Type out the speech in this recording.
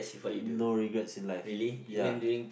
no regrets in life ya